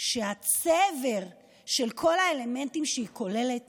שהצבר של כל האלמנטים שהיא כוללת